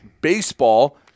baseball